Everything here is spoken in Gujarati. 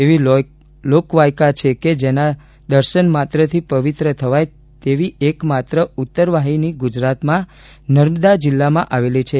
એવી લોકવાયકા છે કે જેના દર્શન માત્રથી પવિત્ર થવાય તેવી એક માત્ર ઉત્તરવાહિની ગુજરાતમાં નર્મદા જિલ્લામાં આવેલી છે